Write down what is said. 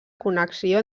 connexió